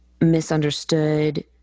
misunderstood